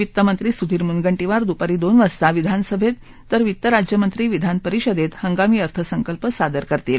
वित्तमंत्री सुधीर मुनगंटीवार दुपारी दोन वाजता विधानसभेत तर वित्त राज्यमंत्री विधान परिषदेत हंगामी अर्थसंकल्प सादर करतील